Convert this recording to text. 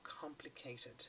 complicated